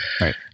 Right